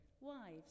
Wives